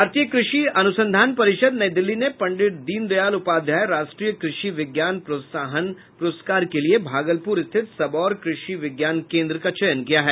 भारतीय कृषि अन्संधान परिषद नई दिल्ली ने पंडित दीन दयाल उपाध्याय राष्ट्रीय कृषि विज्ञान प्रोत्साहन पुरस्कार के लिए भागलपुर स्थित सबौर कृषि विज्ञान केन्द्र का चयन किया है